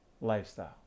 lifestyle